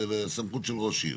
לסמכות של ראש עיר,